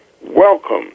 Welcome